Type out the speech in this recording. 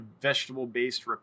vegetable-based